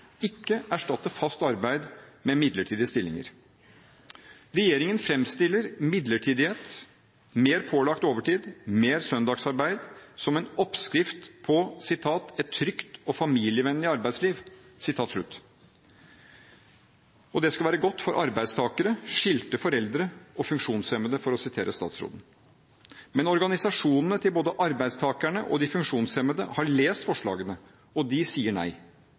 ikke erstatte fast arbeid med midlertidige stillinger. Regjeringen fremstiller midlertidighet, mer pålagt overtid og mer søndagsarbeid som en oppskrift på «et trygt og familievennlig arbeidsliv». Det skal være godt for arbeidstakere, skilte foreldre og funksjonshemmede, for å sitere statsråden. Men organisasjonene til både arbeidstakerne og de funksjonshemmede har lest forslagene, og de sier nei.